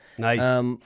Nice